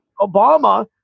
Obama